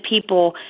people